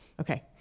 Okay